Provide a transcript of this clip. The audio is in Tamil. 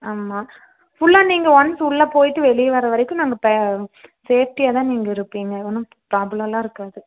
ஆமாம் ஃபுல்லாக நீங்கள் ஒன்ஸ் உள்ள போய்ட்டு வெளியே வர்ற வரைக்கும் நாங்கள் ப சேஃப்ட்டியாகதான் நீங்கள் இருப்பீங்கள் ஒன்றும் ப்ராப்ளமெலாம் இருக்காது